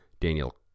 Daniel